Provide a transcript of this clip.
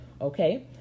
Okay